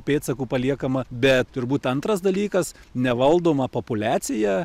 pėdsakų paliekama bet turbūt antras dalykas nevaldoma populiacija